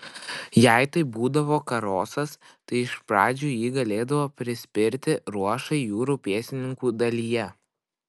jei tai būdavo karosas tai iš pradžių jį galėdavo prispirti ruošai jūrų pėstininkų dalyje